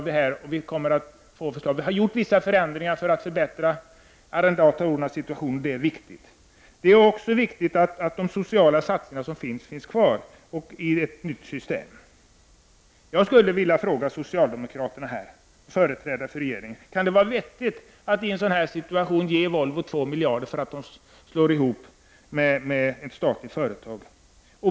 Det har skett vissa förändringar för att förbättra arrendatorernas situation, och det är viktigt. Det är också viktigt att de sociala satsningarna som förekommer fortsätter i ett nytt system. Jag skulle vilja ställa en fråga till socialdemokraterna, företrädare för regeringen, om det kan vara vettigt att man i en sådan situation ger Volvo 2 miljarder för att Volvo slås ihop med ett statligt företag.